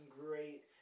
great